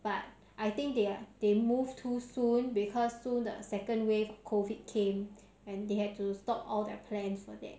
but I think they they move too soon because soon the second wave COVID came and they had to stop all their plans all that